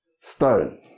stone